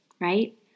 right